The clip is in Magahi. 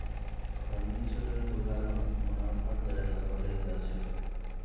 फर्नीचरेर दुकानत मुनाफार दायरा बढ़े जा छेक